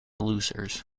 losers